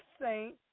saint